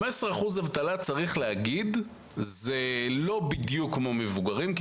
15% אבטלה זה לא בדיוק כמו מבוגרים כי